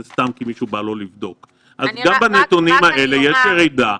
סתם כי למישהו בא לבדוק - גם בנתונים האלה יש ירידה.